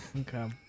Okay